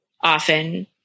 often